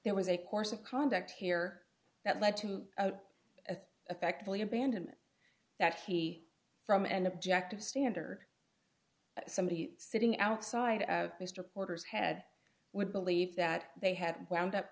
there was a course of conduct here that led to a effectively abandonment that he from an objective standard somebody sitting outside of mr porter's head would believe that they had wound up